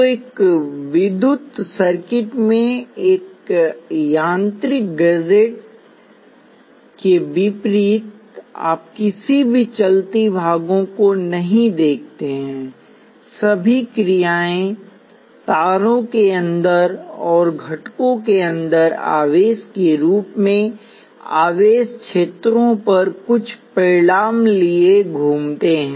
तो एक विद्युत सर्किट में एक यांत्रिक गैजेट के विपरीत आप किसी भी चलती भागों को नहीं देखते हैं सभी क्रियाएं तारों के अंदर और घटकों के अंदर आवेश के रूप में आवेश क्षेत्रों पर कुछ परिमाण लिए घूमते हैं